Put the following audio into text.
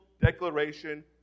declaration